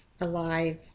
alive